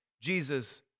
Jesus